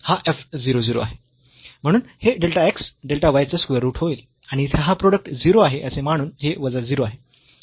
म्हणून हे delta x delta y चा स्क्वेअर रूट होईल आणि येथे हे प्रोडक्ट 0 आहे असे मानून हे वजा 0 आहे